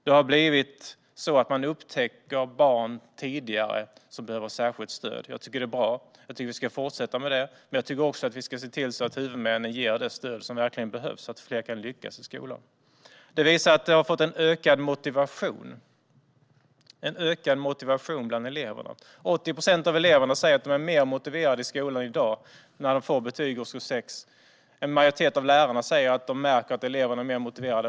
Det har gett att man tidigare upptäcker barn som behöver särskilt stöd. Jag tycker att det är bra. Jag tycker att vi ska fortsätta med det, men jag tycker att vi också ska se till att huvudmännen ger det stöd som verkligen behövs så att fler kan lyckas i skolan. Det har gett ökad motivation bland eleverna. 80 procent av eleverna säger att de är mer motiverade i skolan i dag, när de får betyg i årskurs 6. En majoritet av lärarna säger att de märker att eleverna är mer motiverade.